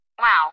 Wow